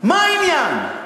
מה העניין?